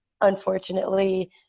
unfortunately